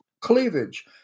cleavage